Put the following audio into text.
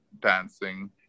dancing